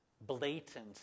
blatant